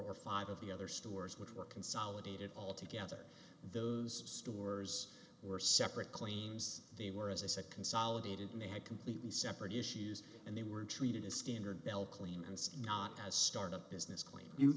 are five of the other stores which were consolidated all together those stores were separate claims they were as i said consolidated and they had completely separate issues and they were treated as standard bell claimants not as a start up business claim you